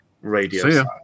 radio